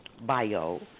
bio